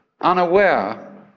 Unaware